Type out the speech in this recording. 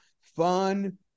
fun